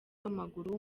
w’amaguru